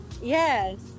Yes